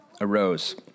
arose